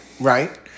Right